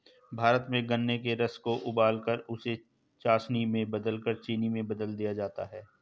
भारत में गन्ने के रस को उबालकर उसे चासनी में बदलकर चीनी में बदल दिया जाता है